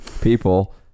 people